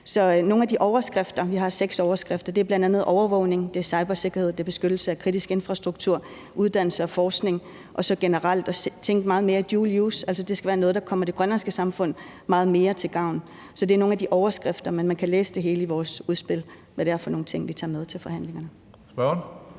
og digitalisering. Vi har seks overskrifter, og det er bl.a. overvågning, cybersikkerhed, beskyttelse af kritisk infrastruktur, uddannelse og forskning og så generelt at tænke meget mere i dual use, altså at det skal være noget, der kommer det grønlandske samfund meget mere til gavn. Så det er nogle af overskrifterne, men man kan læse det hele i vores udspil, og hvad det er for nogle ting, vi tager med til forhandlingerne.